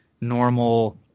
normal